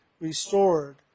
restored